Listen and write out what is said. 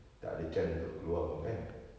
tak ada chance untuk keluar pun kan